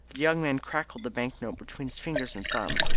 young man crackled the bank-note between his fingers and thumb,